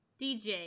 DJ